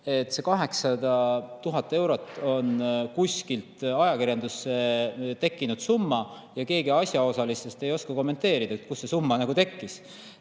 et see 800 000 eurot on kuskilt ajakirjandusse tekkinud summa ja keegi asjaosalistest ei oska kommenteerida, kust see summa tekkis.